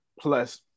Plus